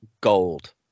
gold